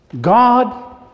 God